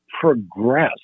progress